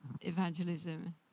evangelism